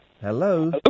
Hello